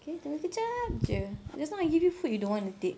okay tunggu kejap jer just now I give you food you don't want to take